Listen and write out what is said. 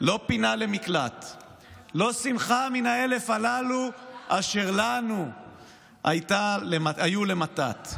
לא פינה למקלט / לא שמחה מן האלף הללו / אשר לנו היו למתת.